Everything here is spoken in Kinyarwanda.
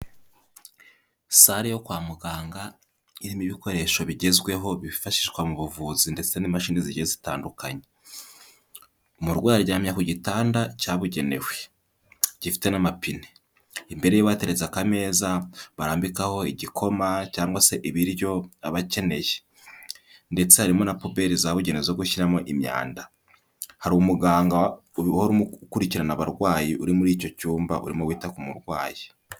Sale yo kwa muganga irimo ibikoresho bigezweho bifashishwa mu buvuzi ndetse n'imashini zigiye zitandukanye. Umurwayi aryamye ku gitanda cyabugenewe. Gifite n'amapine. Imbere yiwe hateretse akameza barambikaho igikoma cyangwa se ibiryo aba akeneye. Ndetse harimo na puberi zabugenewe zo gushyiramo imyanda. Hari umuganga uhora ukurikirana abarwayi uri muri icyo cyumba urimo wita ku murwayi.